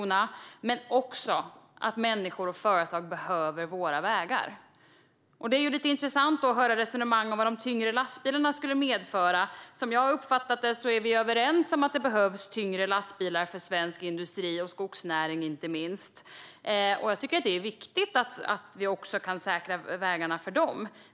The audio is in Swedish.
Men jag inser också att människor och företag behöver våra vägar. Det är intressant att höra resonemangen om vad de tyngre lastbilarna skulle medföra. Som jag har uppfattat det är vi överens om att det behövs tyngre lastbilar för svensk industri, och inte minst för skogsnäringen. Jag tycker att det är viktigt att vi kan säkra vägarna också för dem.